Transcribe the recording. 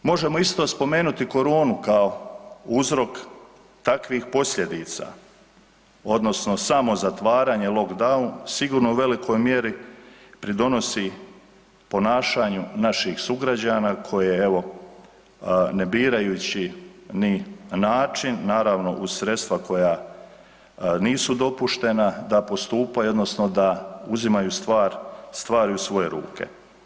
Možemo isto spomenuti koronu kao uzrok takvih posljedica odnosno samo zatvaranje, lockdown, sigurno u velikoj mjeri, pridonosi ponašanju naših sugrađana koje evo, ne birajući ni način naravno za sredstva koja nisu dopuštena, da postupaju odnosno da uzimaju stvari u svoje ruke.